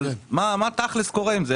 אבל מה קורה עם זה?